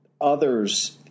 others